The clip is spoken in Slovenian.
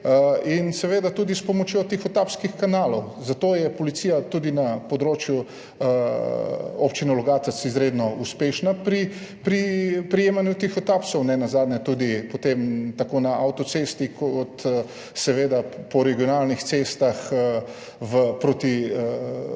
seveda tudi s pomočjo tihotapskih kanalov. Zato je policija tudi na področju občine Logatec izredno uspešna pri prijemanju tihotapcev, tudi potem tako na avtocesti kot po regionalnih cestah proti